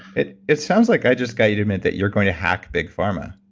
it it sounds like i just got you to admit that you're going to hack big pharma.